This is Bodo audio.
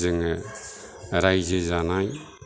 जोङो रायजो जानाय